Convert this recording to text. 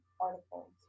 article's